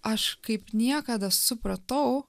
aš kaip niekada supratau